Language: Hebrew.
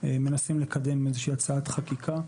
מנסים לקדם איזושהי הצעת חקיקה,